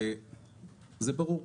זה ברור,